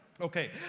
Okay